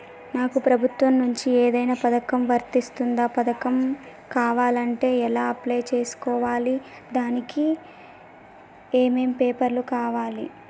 నాకు ప్రభుత్వం నుంచి ఏదైనా పథకం వర్తిస్తుందా? పథకం కావాలంటే ఎలా అప్లై చేసుకోవాలి? దానికి ఏమేం పేపర్లు కావాలి?